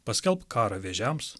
paskelbk karą vėžiams